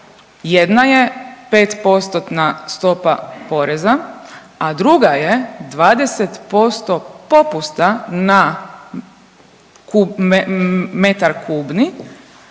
Jedna ne 5-postotna stopa poreza, a druga je 20% popusta na metar kubni